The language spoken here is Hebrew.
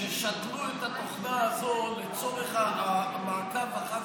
ששתלו את התוכנה הזאת לצורך המעקב אחר